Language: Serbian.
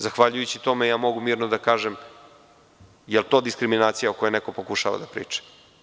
Zahvaljujući tome, mogu mirno da kažem da li je to diskriminacija o kojoj neko pokušava da priča.